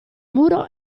muro